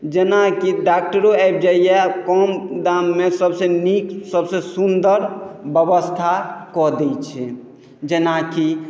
जेनाकि डॉक्टरो आबि जाइए कम दाममे सभसँ नीक सभसँ सुन्दर व्यवस्था कऽ दैत छै जेनाकि